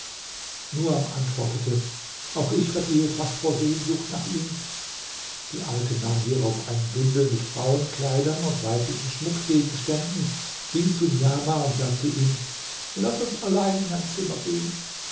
nuam antwortete auch ich vergehe fast vor sehnsucht nach ihm die alte nahm hierauf einen bündel mit frauenkleidern und weiblichen schmuckgegenständen ging zu niamah und sagte ihm laß uns allein in ein zimmer gehen